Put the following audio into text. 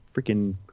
freaking